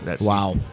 Wow